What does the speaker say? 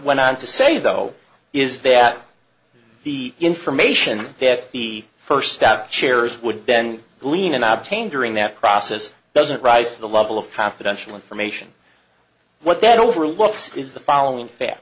went on to say though is that the information that the first step chairs would bend lean and abstain during that process doesn't rise to the level of confidential information what that overlooks is the following fa